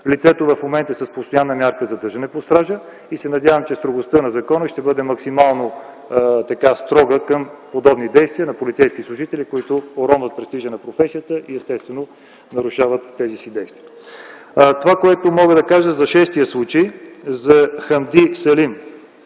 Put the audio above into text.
Лицето в момента е с постоянна мярка „Задържане под стража”. Надявам се, че строгостта на закона ще бъде максимално приложена към подобни действия на полицейски служители, които уронват престижа на професията и, естествено, я нарушават с тези си действия. Това, което мога да кажа за шестия случай, за Хамди Салим